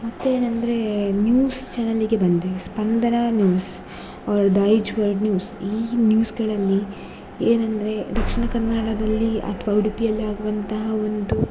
ಮತ್ತೇನಂದರೆ ನ್ಯೂಸ್ ಚಾನಲಿಗೆ ಬಂದರೆ ಸ್ಪಂದನಾ ನ್ಯೂಸ್ ಅವರು ದೈಜ್ ವರ್ಲ್ಡ್ ನ್ಯೂಸ್ ಈ ನ್ಯೂಸುಗಳಲ್ಲಿ ಏನಂದರೆ ದಕ್ಷಿಣ ಕನ್ನಡದಲ್ಲಿ ಅಥ್ವಾ ಉಡುಪಿಯಲ್ಲಾಗುವಂತಹ ಒಂದು